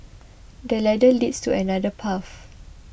the ladder leads to another path